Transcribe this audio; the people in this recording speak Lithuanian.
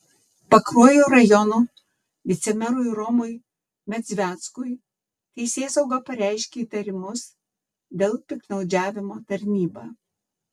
pakruojo rajono vicemerui romui medzveckui teisėsauga pareiškė įtarimus dėl piktnaudžiavimo tarnyba